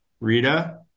Rita